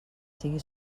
sigui